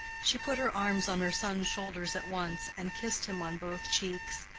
she put her arms on her son's shoulders at once, and kissed him on both cheeks,